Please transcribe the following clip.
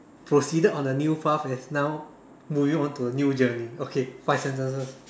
proceeded on a new path as now moving onto a new journey okay five sentences